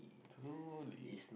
truly